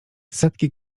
setki